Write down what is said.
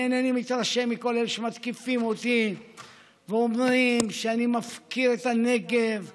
אני אינני מתרשם מכל אלה שמתקיפים אותי ואומרים שאני מפקיר את הנגב וכו'